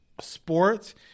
sports